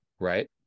right